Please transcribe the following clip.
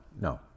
no